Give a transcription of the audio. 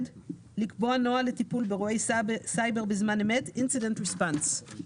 לקבוע נוהל לטיפול באירועי סייבר בזמן אמת Incident response)).